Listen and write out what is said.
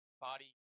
body